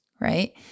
right